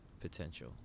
potential